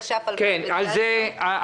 תש"ף-2019 אושרה.